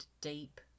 deep